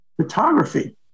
photography